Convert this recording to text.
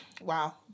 wow